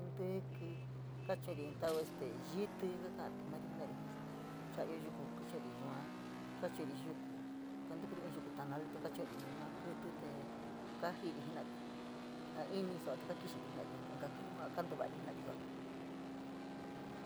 Ntíkí, kachuri in tau yítí kakatu mari jenari cha ioo yuku, ehu’uri yua, kachuri yuku kantukuri ín yuku taana te kachu’uri yua kítí te kajiri jenari, a ini sua’a te kaa kixiiri jenari, inka kiuyua a kantuvari jenari sua.